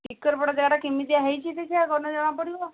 ଟିକରପଡ଼ା ଜାଗାଟା କେମିତିଆ ହୋଇଛି ସେ ଜାଗାକୁ ଗଲେ ଜଣା ପଡ଼ିବ